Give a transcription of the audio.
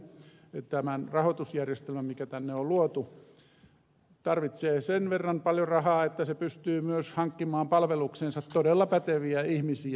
tämä rahoitusjärjestelmä joka tänne on luotu tarvitsee sen verran paljon rahaa että se pystyy myös hankkimaan palvelukseensa todella päteviä ihmisiä